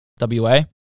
WA